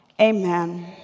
Amen